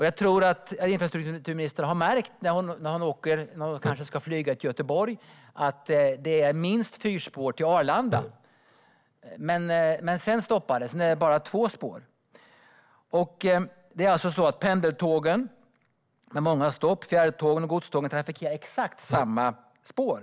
Jag tror att infrastrukturministern har märkt, kanske när hon ska flyga till Göteborg, att det är minst fyrspår till Arlanda. Men sedan är det bara två spår. Pendeltågen, med många stopp, fjärrtågen och godstågen trafikerar exakt samma spår.